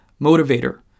motivator